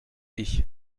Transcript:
ich